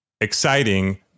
exciting